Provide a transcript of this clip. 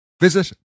Visit